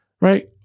Right